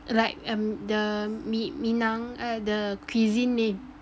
like um the mi~ minang err the cuisine name